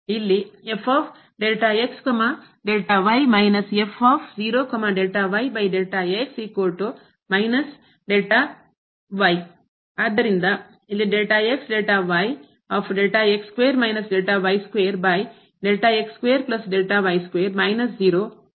ಇಲ್ಲಿ ಆದ್ದರಿಂದ ಇಲ್ಲಿ ಮತ್ತು ನಂತರ ನಾವು ನಿಂದ ಭಾಸುತ್ತೇವೆ